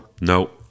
No